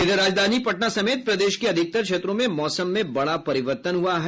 इधर राजनधानी पटना समेत प्रदेश के अधिकतर क्षेत्रों में मौसम में बड़ा परिवर्तन हुआ है